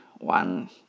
One